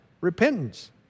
repentance